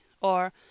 Or